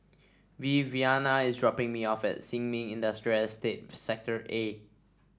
Viviana is dropping me off at Sin Ming Industrial Estate Sector A